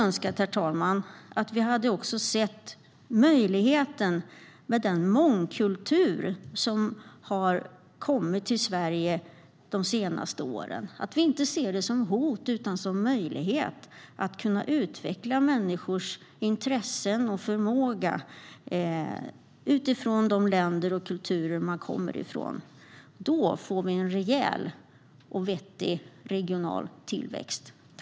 Jag skulle önska att vi också såg möjligheten med den mångkultur som har kommit till Sverige de senaste åren och att vi inte ser det som ett hot utan som en möjlighet att kunna utveckla människors intressen och förmåga utifrån de länder och kulturer man kommer från. Då får vi en rejäl och vettig regional tillväxt.